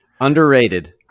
Underrated